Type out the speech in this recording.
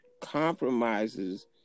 compromises